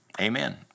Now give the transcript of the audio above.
Amen